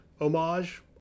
homage-